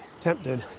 tempted